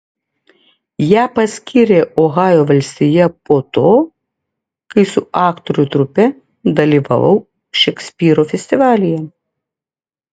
ją paskyrė ohajo valstija po to kai su aktorių trupe dalyvavau šekspyro festivalyje